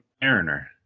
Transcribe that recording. Mariner